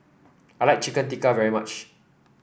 I like Chicken Tikka very much